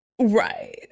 right